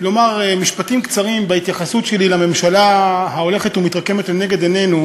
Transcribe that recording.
לומר משפטים קצרים בהתייחסות שלי לממשלה ההולכת ומתרקמת לנגד עינינו,